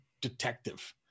detective